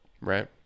right